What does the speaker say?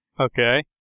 Okay